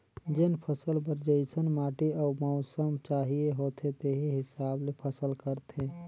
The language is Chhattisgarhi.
जेन फसल बर जइसन माटी अउ मउसम चाहिए होथे तेही हिसाब ले फसल करथे